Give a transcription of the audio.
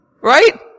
Right